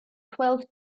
twelve